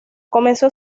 comenzó